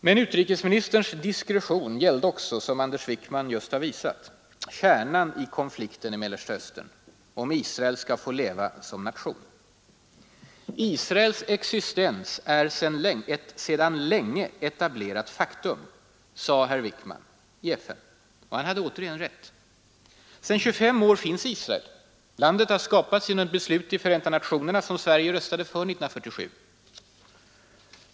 Men utrikesministerns diskretion gäller också, som Anders Wijkman just har visat, kärnan i konflikten i Mellersta Östern: om Israel skall få leva som nation. ”Israels existens är ett sedan länge etablerat faktum”, sade herr Wickman i FN, och han hade återigen rätt. Sedan 25 år finns Israel, och landet har skapats genom det beslut i Förenta nationerna som Sverige röstade för 1947.